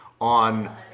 on